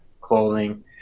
clothing